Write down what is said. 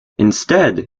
instead